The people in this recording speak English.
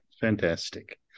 Fantastic